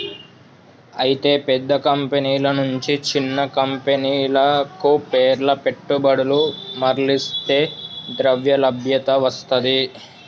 అయితే పెద్ద కంపెనీల నుంచి చిన్న కంపెనీలకు పేర్ల పెట్టుబడులు మర్లిస్తే ద్రవ్యలభ్యత వస్తది